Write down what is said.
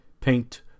paint